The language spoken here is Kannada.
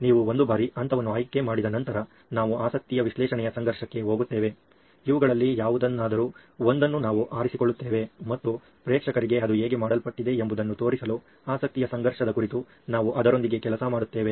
ನೀವು ಒಂದು ಬಾರಿ ಹಂತವನ್ನು ಆಯ್ಕೆ ಮಾಡಿದ ನಂತರ ನಾವು ಆಸಕ್ತಿ ವಿಶ್ಲೇಷಣೆಯ ಸಂಘರ್ಷಕ್ಕೆ ಹೋಗುತ್ತೇವೆ ಇವುಗಳಲ್ಲಿ ಯಾವುದನ್ನಾದರೂ ಒಂದನ್ನು ನಾವು ಆರಿಸಿಕೊಳ್ಳುತ್ತೇವೆ ಮತ್ತು ಪ್ರೇಕ್ಷಕರಿಗೆ ಅದು ಹೇಗೆ ಮಾಡಲ್ಪಟ್ಟಿದೆ ಎಂಬುದನ್ನು ತೋರಿಸಲು ಆಸಕ್ತಿಯ ಸಂಘರ್ಷದ ಕುರಿತು ನಾವು ಅದರೊಂದಿಗೆ ಕೆಲಸ ಮಾಡುತ್ತೇವೆ